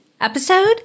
episode